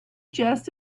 just